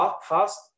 fast